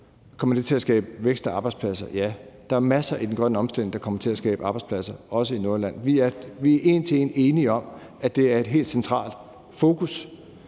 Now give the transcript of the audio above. Kommer det til at skabe vækst og arbejdspladser? Ja. Der er masser i den grønne omstilling, der kommer til at skabe arbejdspladser, også i Nordjylland. Vi er en til en enige om, at det er et helt centralt fokus,